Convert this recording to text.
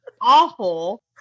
awful